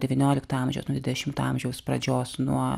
devyniolikto amžiaus dvidešimto amžiaus pradžios nuo